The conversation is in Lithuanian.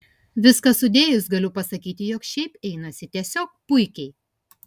viską sudėjus galiu pasakyti jog šiaip einasi tiesiog puikiai